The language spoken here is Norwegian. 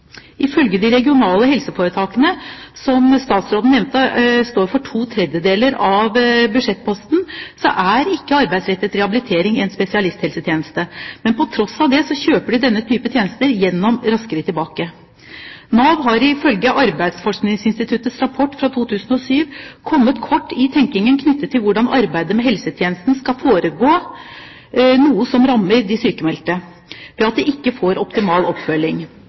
Ifølge de regionale helseforetakene, som – slik statsråden nevnte – står for to tredjedeler av budsjettposten, er ikke arbeidsrettet rehabilitering en spesialisthelsetjeneste. Men på tross av det kjøper de denne type tjenester gjennom Raskere tilbake. Nav har ifølge Arbeidsforskningsinstituttets rapport fra 2007 kommet kort i tenkingen knyttet til hvordan arbeidet med helsetjenesten skal foregå, noe som rammer de sykmeldte ved at de ikke får optimal oppfølging.